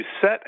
set